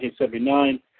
1979